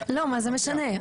מה זה משנה?